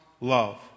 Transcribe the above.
love